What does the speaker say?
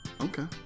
Okay